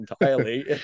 entirely